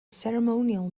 ceremonial